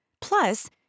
Plus